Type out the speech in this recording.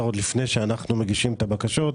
עוד לפני שאנחנו מגישים את הבקשות.